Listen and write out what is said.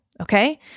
Okay